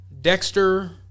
Dexter